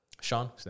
Sean